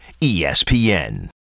ESPN